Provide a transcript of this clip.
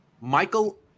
Michael